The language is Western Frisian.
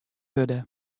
wurde